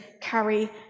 carry